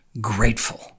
grateful